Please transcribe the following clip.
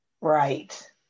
Right